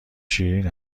شیرین